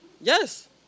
Yes